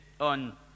on